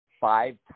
five